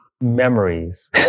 memories